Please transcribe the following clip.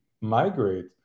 migrate